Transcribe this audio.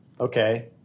Okay